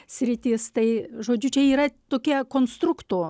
sritys tai žodžiu čia yra tokie konstrukto